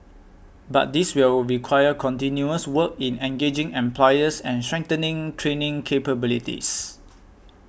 but this will require continuous work in engaging employers and strengthening training capabilities